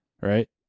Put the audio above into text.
Right